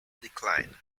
declined